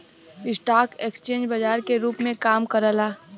stock exchange बाजार के रूप में काम करला